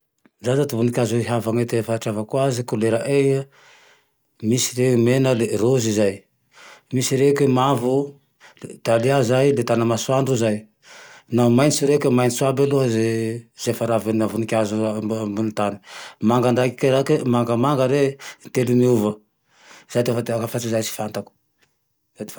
Zaho zao ty vonikazo e havany eo ty ahatreavako aze kolera e misy re mena le rôzy zay, misy reke mavo, dalia zay, dia tanamasoandro zay, naho maintso reke, maintso iaby aloha zee, ze fa ravina vonikazo ambony tane, manga ndraiky raike mangamaga re telo miova. Zay ty afantarako aze fa zay tsy fantako